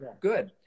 good